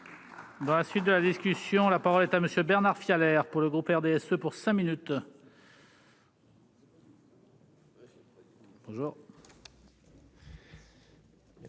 dans la suite de la discussion. La parole est à monsieur Bernard Fiolet pour le groupe RDSE pour 5 minutes. Monsieur